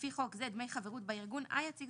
לפי חוק זה דמי חברות בארגון היציג,